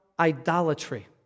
idolatry